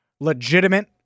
legitimate